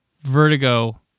Vertigo